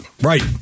Right